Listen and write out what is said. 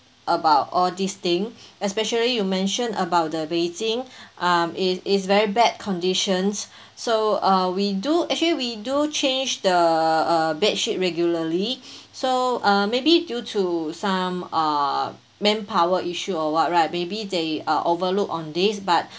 about all this thing especially you mention about the beijing um is is very bad conditions so uh we do actually we do change the bedsheet regularly so uh maybe due to some uh manpower issue or what right maybe they uh overlooked on this but